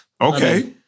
Okay